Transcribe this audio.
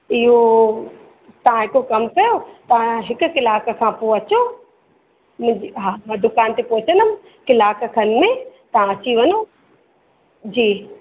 इहो तव्हां हिकु कमु कयो तव्हां हिकु कलाक खां पोइ अचो मु हा मां दुकान ते पहुचंदमि कलाक खनि में तव्हां अची वञो जी